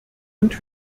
und